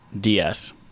DS